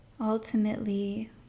ultimately